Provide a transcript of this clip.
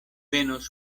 venos